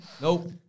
Nope